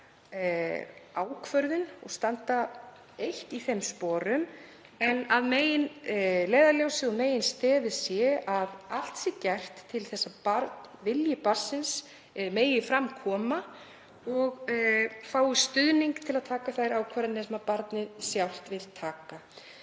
ákvörðun og standa eitt í þeim sporum en að meginleiðarljósið og meginstefið sé að allt sé gert til þess að vilji barnsins megi fram koma og barnið fái stuðning til að taka þær ákvarðanir sem það vill sjálft taka.